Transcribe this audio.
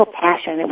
passion